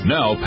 Now